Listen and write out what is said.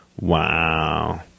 Wow